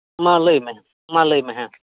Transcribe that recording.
ᱦᱮᱸᱢᱟ ᱞᱟᱹᱭᱢᱮ ᱦᱮᱸᱢᱟ ᱞᱟᱹᱭᱢᱮ ᱦᱮᱸ